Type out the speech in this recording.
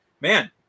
Man